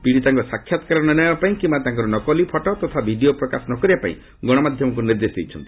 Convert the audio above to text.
ପିଡ଼ିତାଙ୍କ ସାକ୍ଷାତକାର ନ ନେବା ପାଇଁ କିମ୍ବା ତାଙ୍କର ଫଟୋ ତଥା ଭିଡ଼ିଓ ପ୍ରକାଶ ନ କରିବା ପାଇଁ ଗଣମାଧ୍ୟମକୁ ନିର୍ଦ୍ଦେଶ ଦେଇଛନ୍ତି